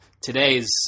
today's